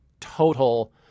total –